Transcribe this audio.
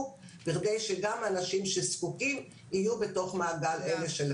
בכדי שגם אנשים שזקוקים יהיו בתוך מעגל אלה של הפטור מתור.